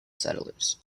settlers